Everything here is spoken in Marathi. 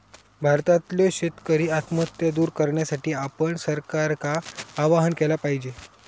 भारतातल्यो शेतकरी आत्महत्या दूर करण्यासाठी आपण सरकारका आवाहन केला पाहिजे